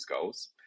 goals